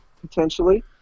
potentially